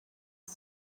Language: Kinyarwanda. iki